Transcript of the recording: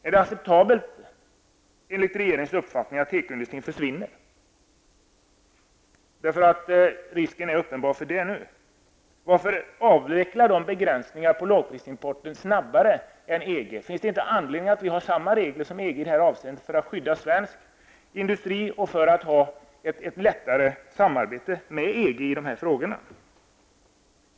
Är det, enligt regeringens uppfattning, acceptabelt att tekoindustrin försvinner? Risken är uppenbar för det nu. Varför avveckla begränsningarna på lågprisimporten snabbare än EG? Finns det inte anledning att vi har samma regler som EG i det här avseendet, detta för att skydda svensk industri och för att samarbetet med EG i de här frågorna skall kunna bli lättare?